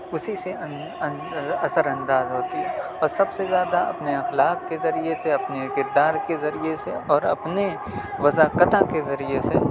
اسی سے اثر انداز ہوتی ہے اور سب سے زیادہ اپنے اخلاق کے ذریعے سے اپنے کردار کے ذریعے سے اور اپنے وضع قطع کے ذریعے سے